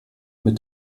mit